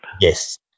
Yes